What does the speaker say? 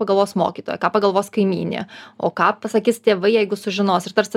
pagalvos mokytoja ką pagalvos kaimynė o ką pasakys tėvai jeigu sužinos ir tarsi